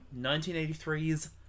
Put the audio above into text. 1983's